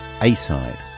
A-side